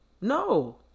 No